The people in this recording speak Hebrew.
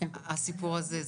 הסיפור הזה.